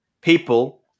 people